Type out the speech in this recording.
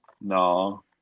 No